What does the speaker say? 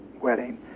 wedding